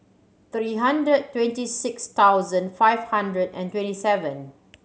three hundred twenty six thousand five hundred and twenty seven